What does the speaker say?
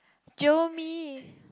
jio me